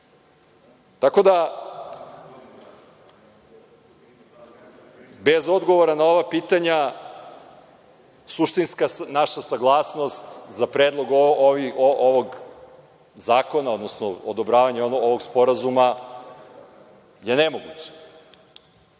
predlogu. Bez odgovora na ova pitanja naša suštinska saglasnost za predlog ovog zakona, odnosno odobravanja ovog sporazuma je nemoguća.